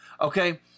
Okay